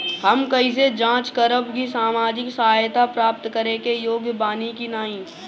हम कइसे जांच करब कि सामाजिक सहायता प्राप्त करे के योग्य बानी की नाहीं?